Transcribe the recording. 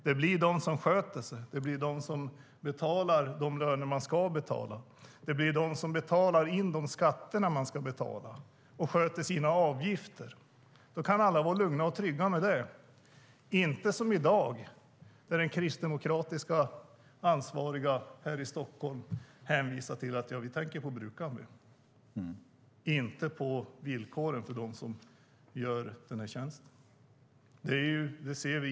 Det blir de som sköter sig som får utföra tjänsten, de som betalar de löner man ska betala, betalar in de skatter man ska betala och som sköter sina avgifter. Då kan alla vara lugna och trygga med det. Det blir inte som i dag där den kristdemokratiske ansvarige här i Stockholm hänvisar till att: Vi tänker på brukaren, inte på villkoren för dem som utför tjänsten.